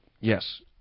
yes